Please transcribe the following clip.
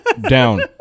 down